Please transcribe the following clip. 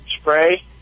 spray